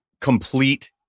Complete